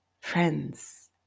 friends